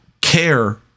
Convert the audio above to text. care